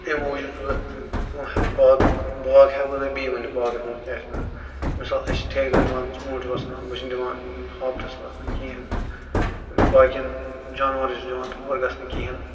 اَمہِ موٗجوٗب چھُس بہٕ بہٕ باغُک باغ ہیٚکہٕ بہٕ تۅہہِ بیٚیہِ ؤنِتھ باغس منٛز کیٛاہ چھِ اَتھ وَنان مِثال اَسہِ چھِ ٹھیکدَر یِوان ژوٗنٛٹھۍ وَسان بہٕ چھُس نہٕ دِوان ہاپتَس وَسنہٕ کِہیٖنٛۍ باقِیَن جانوَرن چھِنہٕ دِوان تور گَژھنہٕ کِہیٖنٛۍ